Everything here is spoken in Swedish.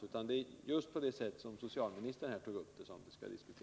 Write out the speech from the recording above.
Saken bör diskuteras just på det nyanserade sätt som socialministern gjorde.